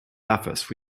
office